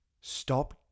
stop